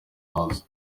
house